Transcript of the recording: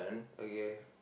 okay